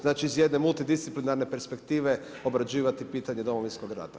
Znače iz jedne multidisciplinarne perspektive obrađivati pitanje Domovinskog rata.